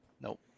Nope